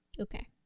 okay